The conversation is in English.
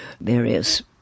various